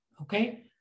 Okay